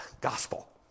gospel